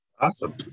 awesome